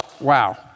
Wow